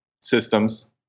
systems